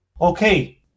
Okay